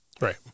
Right